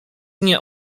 nie